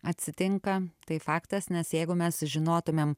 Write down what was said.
atsitinka tai faktas nes jeigu mes žinotumėm